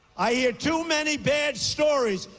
i hear too many bad stories,